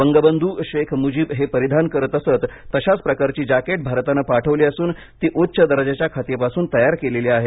वंगबंधू शेख मुजीब हे परिधान करत असत तशाच प्रकारची जॅकेट भारतानं पाठवली असून ती उच्च दर्जाच्या खादी पासून तयार केलेली आहेत